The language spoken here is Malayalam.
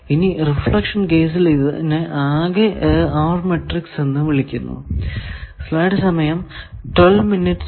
ഇനി റിഫ്ലക്ഷൻ കേസിൽ ഇതിനെ ആകെ R മാട്രിക്സ് R matrix